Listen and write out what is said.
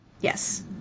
Yes